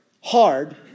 hard